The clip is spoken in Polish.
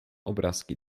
obrazki